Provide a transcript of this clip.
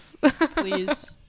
please